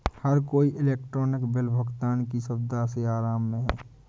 हर कोई electronic bill भुगतान की सुविधा से आराम में है